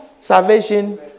salvation